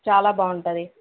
చాలా బాగుంటుంది